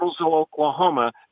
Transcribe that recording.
Oklahoma